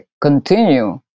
continue